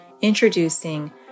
Introducing